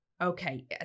okay